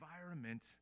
environment